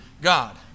God